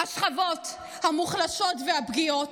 השכבות המוחלשות והפגיעות,